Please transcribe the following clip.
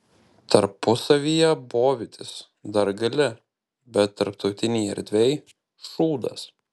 tarpusavyje bovytis dar gali bet tarptautinėj erdvėj šūdas